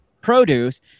produce